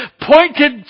pointed